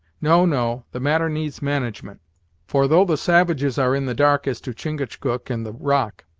no, no the matter needs management for, though the savages are in the dark as to chingachgook and the rock,